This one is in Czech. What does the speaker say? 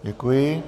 Děkuji.